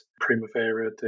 Primavera